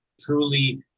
truly